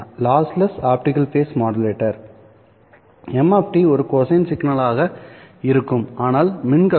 m ஒரு cosine சிக்னலாக இருக்கும் ஆனால் மின் களத்தில்